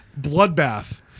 Bloodbath